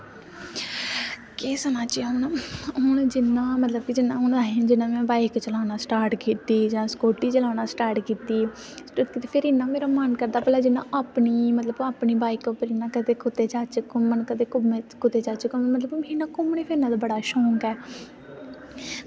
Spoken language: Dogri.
केह् सनाचै हून हून जमा जेल्लै में बाईक चलाना स्टार्ट कीती जां स्कूटी चलाना स्टार्ट कीती ते फिर मेरा मन करदा जि'यां की अपनी बाईक पर कदें कुदै जाचे मन करदा घुम्मनै गी कुदै जाचै इ'यां घुम्मनै फिरने दा बड़ा शौक ऐ